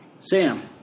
Sam